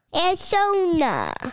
Arizona